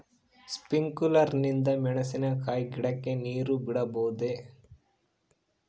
Sprinkler ನಿಂದ ಮೆಣಸಿನಕಾಯಿ ಗಿಡಕ್ಕೆ ನೇರು ಬಿಡಬಹುದೆ?